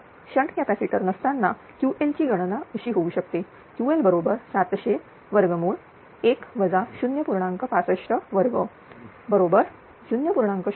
shunt capacitor नसतानाQl ची गणना अशी होऊ शकतेQl 7001 0